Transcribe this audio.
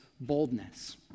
boldness